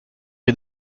est